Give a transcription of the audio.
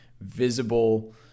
visible